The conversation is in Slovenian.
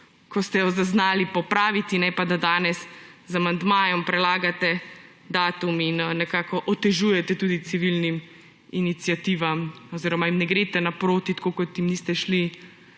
ko ste jo zaznali, popraviti, ne pa, da danes z amandmajem prelagate datum in nekako otežujete tudi civilnim iniciativam oziroma jim ne greste naproti, tako kot jim niste šli